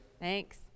Thanks